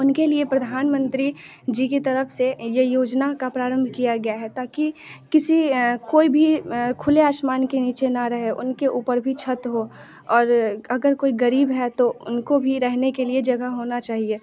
उनके लिए प्रधान मंत्री जी की तरफ़ से ये योजना का प्रारंभ किया गया है ताकि किसी कोई भी खुले आसमान के नीचे ना रहे उनके ऊपर भी छत्त हो और अगर कोई ग़रीब है तो उनको भी रहने के लिए जगह होना चाहिए